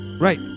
Right